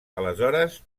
aleshores